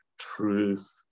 truth